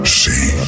see